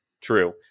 True